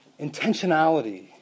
intentionality